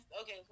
okay